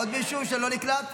עוד מישהו לא נקלט?